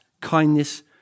kindness